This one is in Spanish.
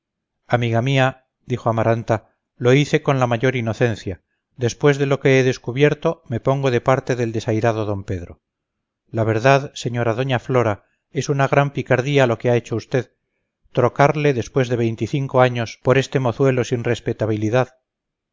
amiga mía dijo amaranta lo hice con la mayor inocencia después de lo que he descubierto me pongo de parte del desairado don pedro la verdad señora doña flora es una gran picardía lo que ha hecho usted trocarle después de veinticinco años por este mozuelo sin respetabilidad